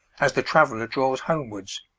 as the traveller draws homewards.